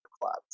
clubs